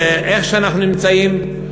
ואיך שאנחנו נמצאים,